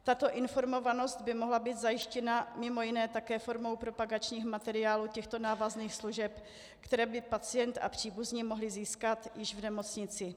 Tato informovanost by mohla být zajištěna mimo jiné také formou propagačních materiálů těchto návazných služeb, které by pacient a příbuzní mohli získat již v nemocnici.